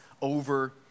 over